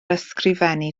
ysgrifennu